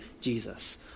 Jesus